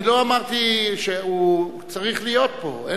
אני לא אמרתי שהוא צריך להיות פה.